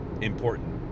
important